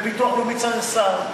ביטוח לאומי צריך שר,